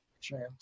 chance